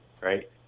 right